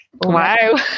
Wow